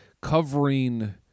covering